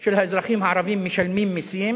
של האזרחים הערבים משלמים מסים.